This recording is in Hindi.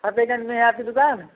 फतेहगंज में है आपकी दुकान